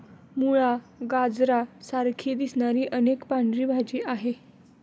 मुळा, गाजरा सारखी दिसणारी एक पांढरी भाजी आहे